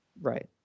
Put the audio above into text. Right